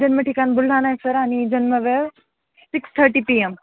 जन्म ठिकाण बुलढाणा आहे सर आणि जन्म वेळ सिक्स थर्टी पी एम